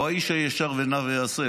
לא איש הישר בעיניו יעשה,